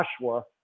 Joshua